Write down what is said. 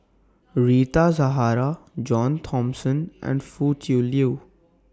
Rita Zahara John Thomson and Foo Tui Liew